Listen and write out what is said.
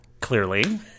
Clearly